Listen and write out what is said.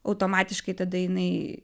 automatiškai tada jinai